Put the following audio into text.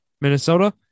Minnesota